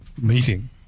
meeting